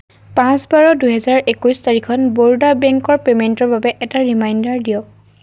পোন্ধৰ বাৰ দুহেজাৰ একৈছ তাৰিখত বৰোদা বেংকৰ পে'মেণ্টৰ বাবে এটা ৰিমাইণ্ডাৰ দিয়ক